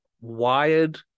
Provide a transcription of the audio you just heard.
wired